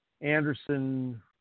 Anderson